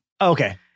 Okay